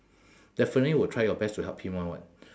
definitely will try your best to help him [one] [what]